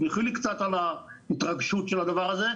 סלחי לי על התרגשות של הדבר הזה,